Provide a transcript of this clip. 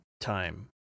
time